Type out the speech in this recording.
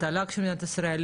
לתל"ג של מדינת ישראל,